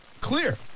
clear